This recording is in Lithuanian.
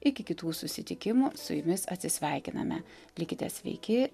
iki kitų susitikimų su jumis atsisveikiname likite sveiki